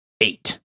eight